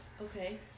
Okay